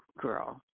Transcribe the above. girl